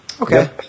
Okay